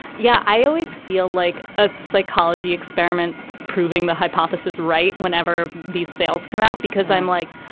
yeah, i always feel like a psychology experiment proving the hypothesis right whenever these sales come out, because i'm like,